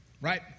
right